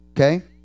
Okay